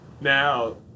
Now